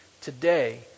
Today